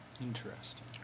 Interesting